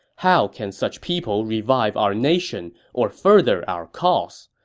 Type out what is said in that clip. how can such people revive our nation or further our cause?